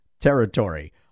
territory